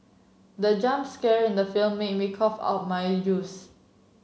the jump scare in the film made my cough out my use